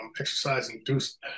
exercise-induced